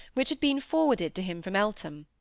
which had been forwarded to him from eltham.